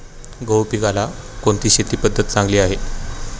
गहू पिकाला कोणती शेती पद्धत चांगली?